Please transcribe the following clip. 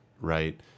right